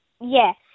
Yes